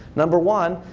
number one,